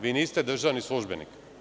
Vi niste državni službenik.